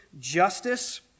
justice